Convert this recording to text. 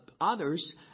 others